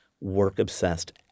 work-obsessed